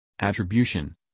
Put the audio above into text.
attribution